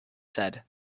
said